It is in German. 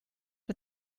mit